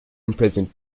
imprisoned